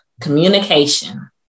communication